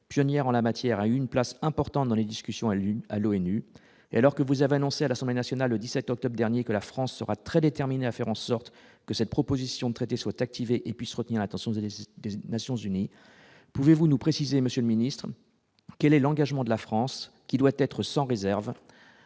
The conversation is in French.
pionnière en la matière, a une place importante dans les discussions, a lieu à l'ONU, et alors que vous avez annoncé à l'Assemblée nationale le 17 octobre dernier que la France sera très déterminé à faire en sorte que cette proposition de traiter soit activé et puisse retenir l'attention désigne Nations-Unies, pouvez-vous nous préciser, Monsieur le Ministre, quel est l'engagement de la France, qui doit être sans réserve